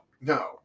No